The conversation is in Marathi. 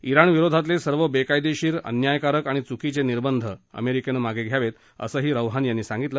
इराणविरोधातले सर्व बेकायदेशीर अन्यायकारक आणि चुकीचे निर्बंध अमेरिकेनं मागे घ्यावेत असंही रौहानी यांनी सांगितलं